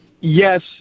Yes